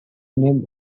name